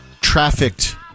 trafficked